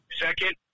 Second